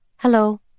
Hello